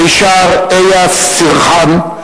מישר איאס סרחאן,